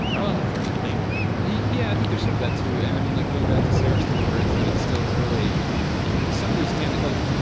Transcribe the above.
probably at the first debate or what? yeah, i think there's some of that, too. and i mean, like, going back to sarah's three words that it's still early some of these candidate like,